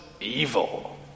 evil